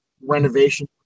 renovation